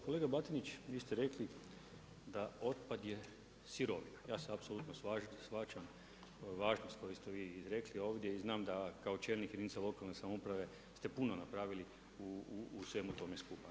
Kolega Batinić, vi ste rekli da otpad je sirovina, ja se apsolutno slažem, shvaćam važnost koju ste vi izrekli ovdje i znam da kao čelnik jedinica lokalne samouprave ste puno napravili u svemu tome skupa.